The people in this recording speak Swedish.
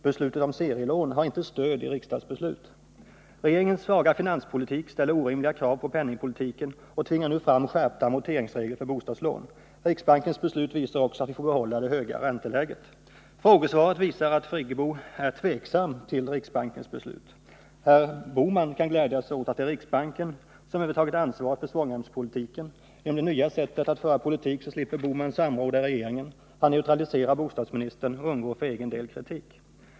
Beslutet om serielån har inte stöd i riksdagsbeslut. Regeringens svaga finanspolitik ställer orimliga krav på penningpolitiken och tvingar nu fram skärpta amorteringsregler för bostadslån. Riksbankens beslut visar också att vi får behålla det höga ränteläget. Frågesvaret visar att Birgit Friggebo är tveksam till riksbankens beslut. Herr Bohman kan glädja sig åt att det är riksbanken som övertagit ansvaret för svångremspolitiken. Genom det nya sättet att föra politik slipper Gösta Bohman samråda i regeringen, han neutraliserar bostadsministern och undgår för egen del kritik.